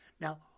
Now